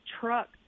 truck